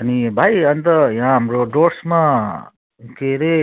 अनि भाइ अनि त यहाँ हाम्रो डुवर्समा के रे